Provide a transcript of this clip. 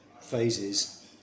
phases